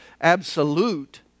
absolute